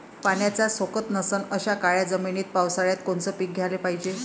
पाण्याचा सोकत नसन अशा काळ्या जमिनीत पावसाळ्यात कोनचं पीक घ्याले पायजे?